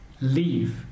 leave